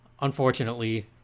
unfortunately